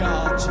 God